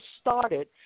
started